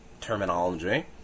terminology